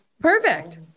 Perfect